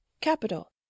Capital